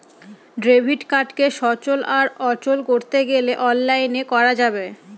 debit কার্ডকে সচল আর অচল করতে গেলে অনলাইনে করা যাবে